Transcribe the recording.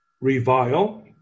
revile